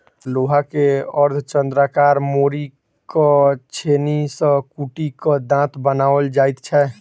लोहा के अर्धचन्द्राकार मोड़ि क छेनी सॅ कुटि क दाँत बनाओल जाइत छै